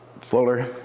Fuller